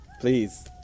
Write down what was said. Please